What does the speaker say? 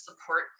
support